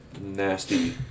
nasty